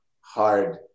hard